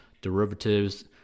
derivatives